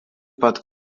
pat